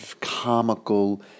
comical